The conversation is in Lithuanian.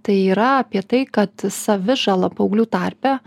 tai yra apie tai kad savižala paauglių tarpe